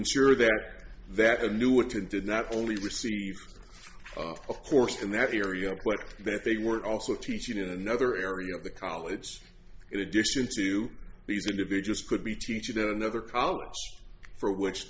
ensure that that a new attended not only received of course in that area but that they were also teaching in another area of the college in addition to these individuals could be teaching that another college for which